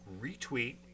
retweet